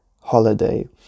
holiday